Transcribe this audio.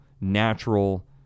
natural